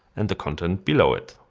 and the content below it.